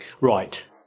Right